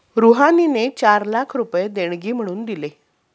रुहानीने चार लाख रुपये देणगी म्हणून दिले